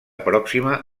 pròxima